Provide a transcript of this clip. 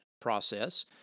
process